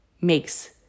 makes